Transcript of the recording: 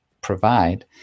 provide